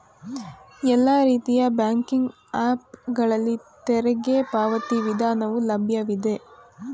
ಎಲ್ಲಾ ರೀತಿಯ banking app ಗಳಲ್ಲಿ ತೆರಿಗೆ ಪಾವತಿ ವಿಧಾನವು ಲಭ್ಯವಿದೆ